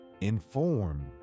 inform